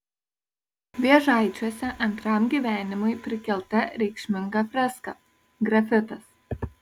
vėžaičiuose antram gyvenimui prikelta reikšminga freska grafitas